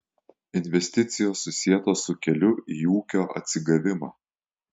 investicijos susietos su keliu į ūkio atsigavimą